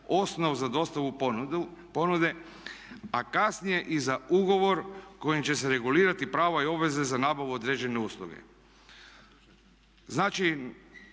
osnov za dostavu ponude, a kasnije i za ugovor kojim će se regulirati prava i obveze za nabavu određene usluge.